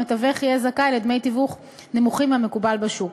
המתווך יהיה זכאי לדמי תיווך נמוכים מהמקובל בשוק.